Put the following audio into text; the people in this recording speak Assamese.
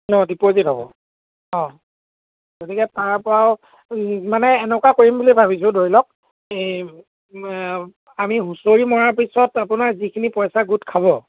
ন ডিপজিট হ'ব অঁ গতিকে তাৰপৰাও মানে এনেকুৱা কৰিম বুলি ভাবিছোঁ ধৰি লওক এই আমি হুঁচৰি মৰাৰ পিছত আপোনাৰ যিখিনি পইচা গোট খাব